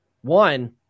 one